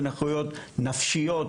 זה נכויות נפשיות,